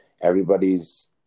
Everybody's